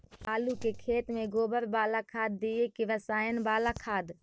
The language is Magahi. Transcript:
आलू के खेत में गोबर बाला खाद दियै की रसायन बाला खाद?